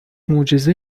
معجزه